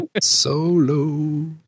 Solo